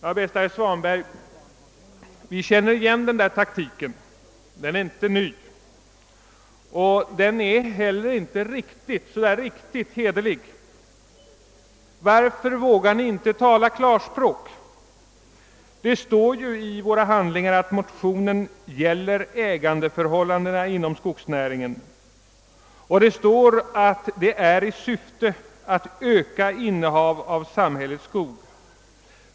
Javisst, herr Svanberg, vi känner igen den taktiken; den är inte ny. Inte heller är den riktigt hederlig. Varför vågar ni inte tala klarspråk? Det står ju i våra handlingar att motionen gäller ägandeförhållandena inom skogsnäringen och att utredningen skall göras i syfte att öka samhällets innehav av skog.